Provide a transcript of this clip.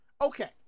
Okay